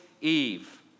Eve